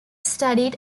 studied